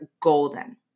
golden